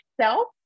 self